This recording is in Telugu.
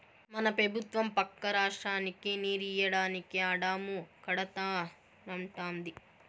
మన పెబుత్వం పక్క రాష్ట్రానికి నీరియ్యడానికే ఆ డాము కడతానంటాంది